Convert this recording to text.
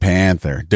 Panther